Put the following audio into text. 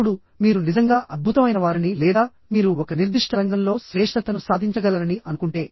ఇప్పుడు మీరు నిజంగా అద్భుతమైనవారని లేదా మీరు ఒక నిర్దిష్ట రంగంలో శ్రేష్ఠతను సాధించగలరని అనుకుంటే